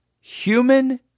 human